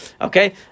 Okay